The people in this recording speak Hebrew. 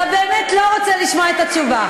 אתה באמת לא רוצה לשמוע את התשובה,